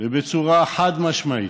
בצורה חד-משמעית,